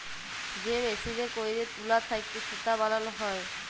যে মেসিলে ক্যইরে তুলা থ্যাইকে সুতা বালাল হ্যয়